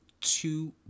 two